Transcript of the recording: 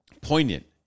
poignant